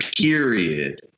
period